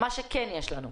מה שכן יש לנו.